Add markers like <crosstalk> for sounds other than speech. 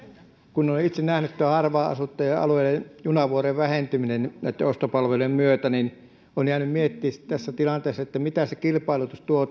kun olen itse nähnyt harvaan asuttujen alueiden junavuorojen vähentymisen näitten ostopalveluiden myötä niin olen jäänyt miettimään tässä tilanteessa että mitä uutta tilannetta se kilpailutus tuo <unintelligible>